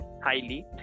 highly